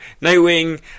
Nightwing